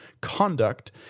conduct